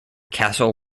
castle